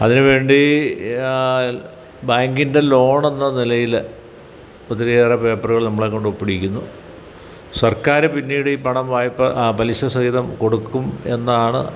അതിനു വേണ്ടി ബാങ്കിൻ്റെ ലോണെന്ന നിലയിൽ ഒത്തിരിയേറെ പേപ്പറുകൾ നമ്മളെ കൊണ്ട് ഒപ്പിടിയിക്കുന്നു സർക്കാർ പിന്നീട് ഈ പണം വായ്പ പലിശ സഹിതം കൊടുക്കും എന്നാണ്